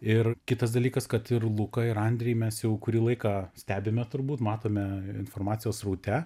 ir kitas dalykas kad ir luką ir andrį mes jau kurį laiką stebime turbūt matome informacijos sraute